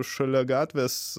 šalia gatvės